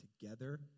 together